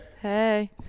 Hey